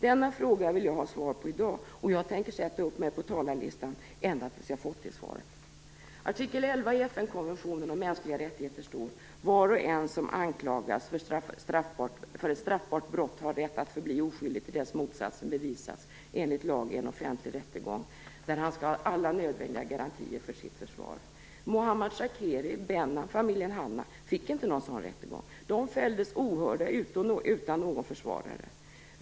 Denna fråga vill jag ha svar på i dag, och jag tänker sätta upp mig på talarlistan ända tills jag har fått det svaret. I artikel 11 i FN-konventionen om mänskliga rättigheter står det: Var och en som anklagas för ett straffbart brott har rätt att förbli oskyldig till dess att motsatsen bevisats enligt lag i en offentlig rättegång där han skall ha alla nödvändiga garantier för sitt försvar. Mohammad Shakeri, Gabi Benan och familjen Hanna fick inte någon sådan rättegång. De fälldes ohörda utan någon försvarare.